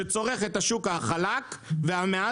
שצורך את העוף החלק והמהדרין,